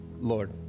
Lord